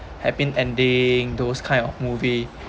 happy ending those kind of movie